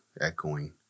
echoing